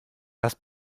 das